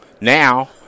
Now